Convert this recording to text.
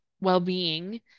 well-being